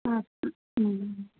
अस्तु अहम्